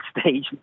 stage